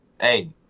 Hey